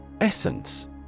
Essence